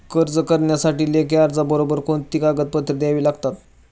कर्ज करण्यासाठी लेखी अर्जाबरोबर कोणती कागदपत्रे लागतील?